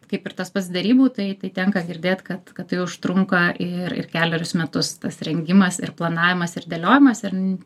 kaip ir tas pats derybų tai tai tenka girdėt kad kad tai užtrunka ir ir kelerius metus tas rengimas ir planavimas ir dėliojimas ir